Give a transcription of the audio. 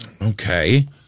Okay